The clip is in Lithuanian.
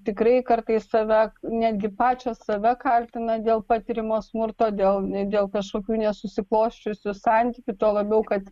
tikrai kartais save netgi pačios save kaltina dėl patiriamo smurto dėl ne dėl kažkokių nesusiklosčiusių santykių tuo labiau kad